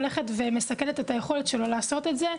הולכת ומסכלת את היכולת שלו לעשות את זה.